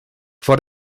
for